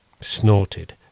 snorted